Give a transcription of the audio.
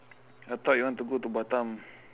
I thought you want to go to batam